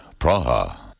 Praha